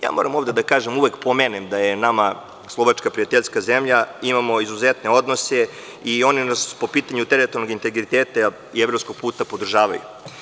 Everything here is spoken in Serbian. Ja moram ovde uvek da napomenem da je nama Slovačka prijateljska zemlja, imamo izuzetne odnose i oni nas po pitanju teritorijalnog integriteta i evropskog puta podržavaju.